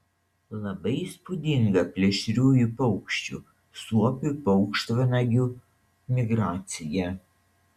labai įspūdinga plėšriųjų paukščių suopių paukštvanagių migracija